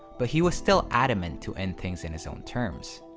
but he was still adamant to end things in his own terms.